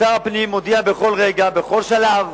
ששר הפנים מודיע בכל רגע, בכל שלב,